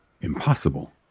Impossible